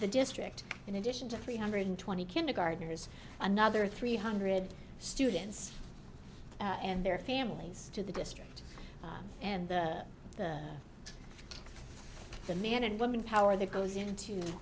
the district in addition to three hundred twenty kindergartners another three hundred students and their families to the district and the man and woman power that goes into